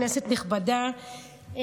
כנסת נכבדה,